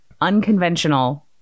unconventional